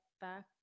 back